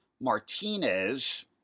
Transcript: Martinez